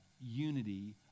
unity